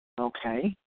Okay